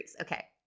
okay